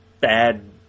bad